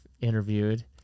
interviewed